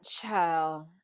child